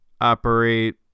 operate